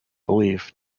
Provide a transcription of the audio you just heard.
belief